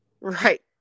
Right